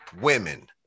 women